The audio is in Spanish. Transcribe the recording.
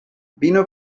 vino